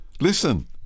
Listen